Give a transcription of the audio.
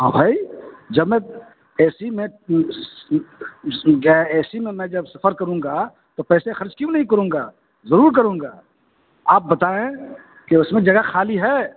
ہاں بھائی جب میں اے سی میں اے سی میں میں جب سفر کروں گا تو پیسے خرچ کیوں نہیں کروں گا ضرور کروں گا آپ بتائیں کہ اس میں جگہ خالی ہے